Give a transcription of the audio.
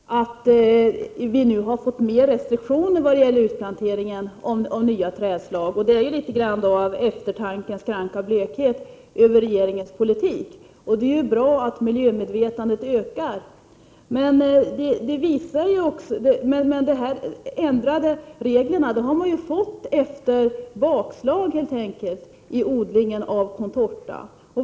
Fru talman! Det är riktigt, som jordbruksministern säger, att det nu har införts mer restriktioner när det gäller utplanteringen av nya trädslag. Det är litet av eftertankens kranka blekhet över regeringens politik. Det är bra att miljömedvetandet ökar. De ändrade reglerna har införts efter bakslag i odlingen av contorta.